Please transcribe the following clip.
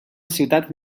ciutat